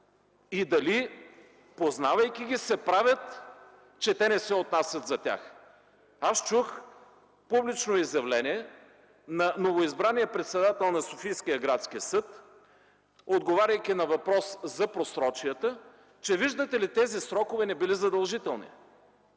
и дали познавайки ги, се правят, че те не се отнасят за тях?! Чух публично изявление на новоизбрания председател на Софийския градски съд, отговаряйки на въпрос за просрочията, че виждате ли, тези срокове не били задължителни.